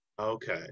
Okay